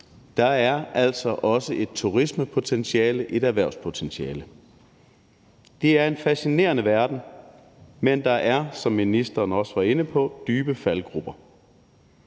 Der er altså også et turismepotentiale, et erhvervspotentiale. Det er en fascinerede verden, men der er, som ministeren også var inde på, dybe faldgruber: